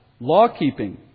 law-keeping